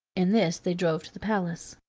in this they drove to the palace.